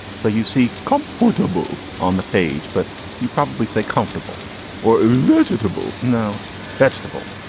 so you see come photobooth on the page, but you probably say comfortable or vegetable? no vegetable.